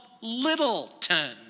Littleton